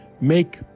Make